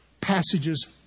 passages